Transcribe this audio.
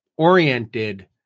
oriented